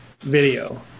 video